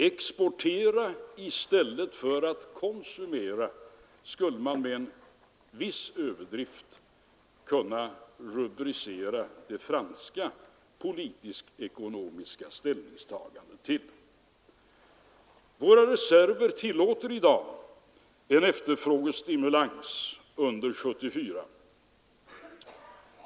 Exportera i stället för att konsumera, skulle man med en viss överdrift kunna rubricera det franska politiskt-ekonomiska ställningstagandet. Våra reserver tillåter i dag en efterfrågestimulans under 1974.